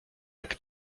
jak